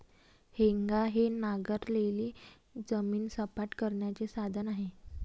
हेंगा हे नांगरलेली जमीन सपाट करण्याचे साधन आहे